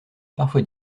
parfois